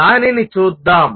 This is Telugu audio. దానిని చూద్దాం